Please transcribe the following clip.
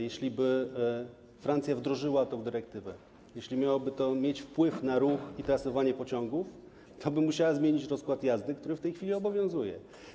Jeśliby Francja wdrożyła tę dyrektywę, jeśli miałoby to mieć wpływ na ruch i trasowanie pociągów, toby musiała zmienić rozkład jazdy, który w tej chwili obowiązuje.